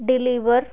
deliver